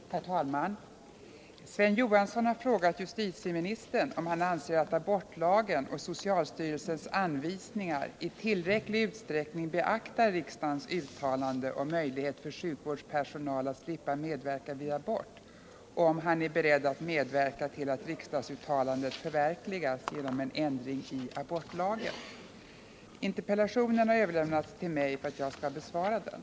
Herr talman! Sven Johansson har frågat justitieministern om han anser att abortlagen och socialstyrelsens anvisningar i tillräcklig utsträckning beaktar riksdagens uttalande om möjlighet för sjukvårdspersonal att slippa medverka vid abort och om han är beredd att medverka till att riksdagsuttalandet förverkligas genom en ändring i abortlagen. Interpellationen har överlämnats till mig för att jag skall besvara den.